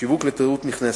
שיווק לתיירות נכנסת.